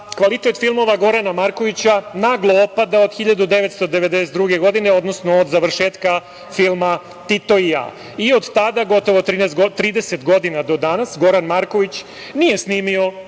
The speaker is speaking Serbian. kvalitet filmova Gorana Markovića naglo opada od 1992. godine, odnosno od završetka filma „Tito i ja“. Od tada, gotovo 30 godina, do danas Goran Marković nije snimio